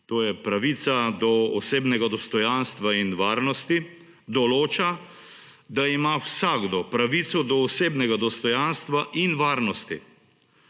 pravica do osebnega dostojanstva in varnosti, določa, da ima vsakdo pravico do osebnega dostojanstva in varnosti.